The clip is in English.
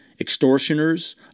extortioners